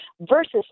versus